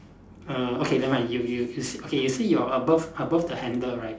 uh okay never mind you you you s~ okay you see your above above the handle right